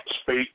speak